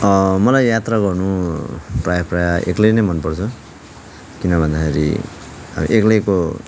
मलाई यात्रा गर्नु प्रायः प्रायः एक्लै नै मनपर्छ किन भन्दाखेरि एक्लैको